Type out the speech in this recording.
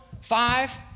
five